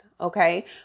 okay